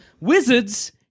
Wizards